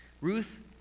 Ruth